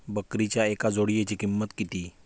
बकरीच्या एका जोडयेची किंमत किती?